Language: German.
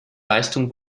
leistung